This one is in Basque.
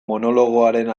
monologoaren